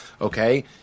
okay